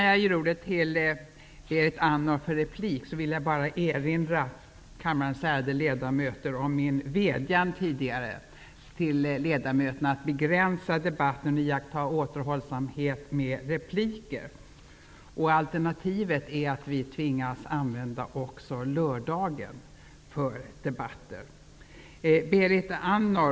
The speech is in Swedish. Jag vill erinra kammarens ärade ledamöter om min vädjan tidigare till ledamöterna att begränsa debatten och iaktta återhållsamhet med repliker. Alternativet är att vi tvingas använda också lördagen för debatter.